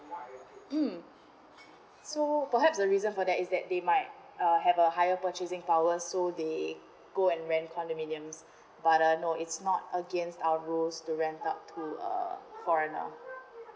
um so perhaps a reason for that is that they might uh have a higher purchasing power so they go and went condominiums but uh no it's not against our rules to rent out to uh foreigner